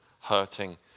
hurting